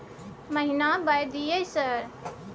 महीना बाय दिय सर?